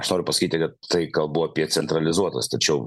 aš noriu pasakyti kad tai kalbu apie centralizuotas tačiau